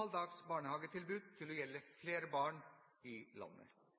halvdags barnehagetilbud til å gjelde flere barn i landet.